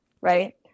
right